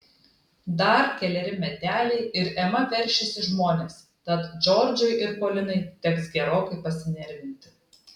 dar keleri meteliai ir ema veršis į žmones tad džordžui ir polinai teks gerokai pasinervinti